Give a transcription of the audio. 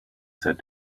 said